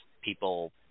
people